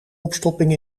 opstopping